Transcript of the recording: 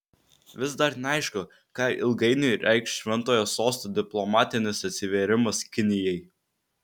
vis dar neaišku ką ilgainiui reikš šventojo sosto diplomatinis atsivėrimas kinijai